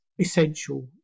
essential